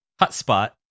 hotspot